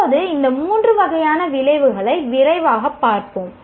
இப்போது இந்த மூன்று வகையான விளைவுகளை விரைவாகப் பார்ப்போம்